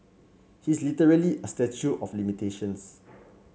he is literally a statue of limitations